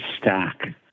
stack